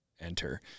Enter